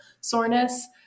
soreness